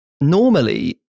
normally